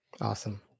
Awesome